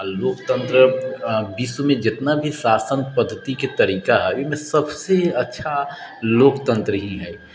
आ लोकतन्त्र विश्वमे जितना भी शासन पद्धतिके तरीका है ओहिमे सभसँ अच्छा लोकतन्त्र ही है